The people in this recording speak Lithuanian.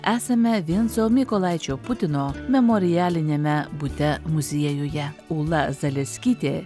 esame vinco mykolaičio putino memorialiniame bute muziejuje ula zaleskytė